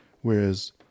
Whereas